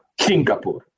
Singapore